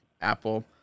Apple